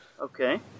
Okay